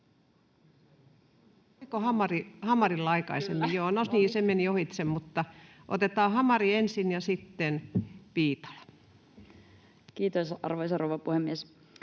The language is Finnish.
Kiitos, arvoisa rouva puhemies!